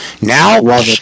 Now